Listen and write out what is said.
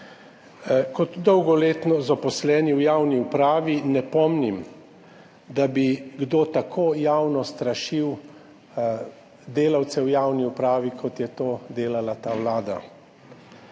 Kot dolgoletno zaposleni v javni upravi ne pomnim, da bi kdo tako javno strašil delavce v javni upravi, kot je to delala ta vlada